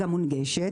גם מונגשת